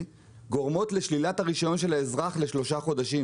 גורמות לשלילת הרישיון של האזרח לשלושה חודשים,